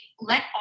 let